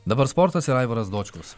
dabar sportas ir aivaras dočkus